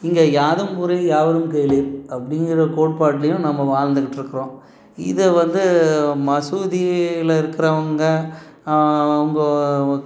இங்கே யாதும் ஊரே யாவரும் கேளீர் அப்படிங்கிற கோட்பாட்லேயும் நம்ம வாழ்ந்துக்கிட்டுருக்குறோம் இதை வந்து மசூதியில் இருக்கிறவங்க அவங்க